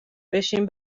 بشین